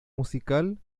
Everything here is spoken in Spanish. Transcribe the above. musical